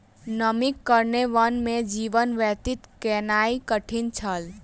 नमीक कारणेँ वन में जीवन व्यतीत केनाई कठिन छल